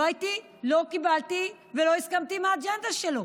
לא הייתי, לא קיבלתי ולא הסכמתי עם האג'נדה שלו.